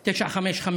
955,